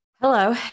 Hello